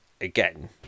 again